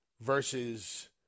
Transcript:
versus